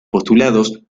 postulados